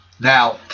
now